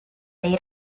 dei